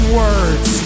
words